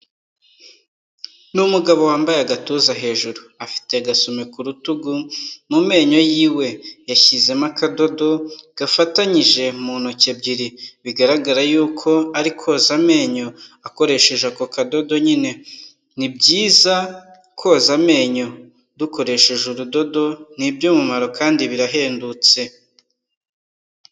Ni umugabo wambaye agatuza hejuru, afite agasumi ku rutugu, mu menyo yiwe yashyizemo akadodo gafatanyije mu ntoki ebyiri, bigaragara yuko ari koza amenyo akoresheje ako kadodo nyine. Ni byiza koza amenyo dukoresheje urudodo ni iby'umumaro kandi birahendutse.